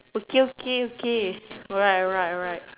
okay okay okay alright alright alright